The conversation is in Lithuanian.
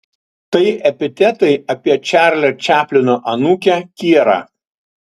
tai epitetai apie čarlio čaplino anūkę kierą